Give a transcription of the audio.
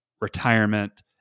retirement